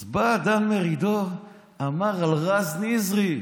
אז בא דן מרידור ואמר על רז נזרי: